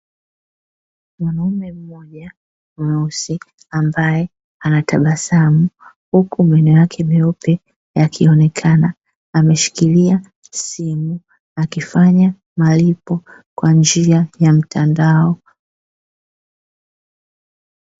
Mwanaume mmoja mweusi ambaye anatabasamu, huku meno yake meupe yakionekana ameshikilia simu, akifanya malipo kwa njia ya mtandao,